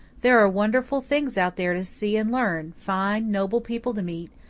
there are wonderful things out there to see and learn, fine, noble people to meet,